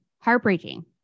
heartbreaking